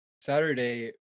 Saturday